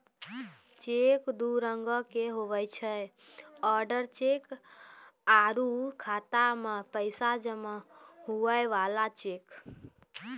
cheque दू रंगोके हुवै छै ओडर चेक आरु खाता मे पैसा जमा हुवै बला चेक